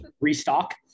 Restock